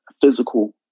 physical